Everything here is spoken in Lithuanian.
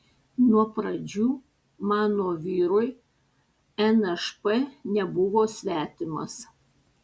nuo pradžių mano vyrui nšp nebuvo svetimas